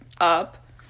up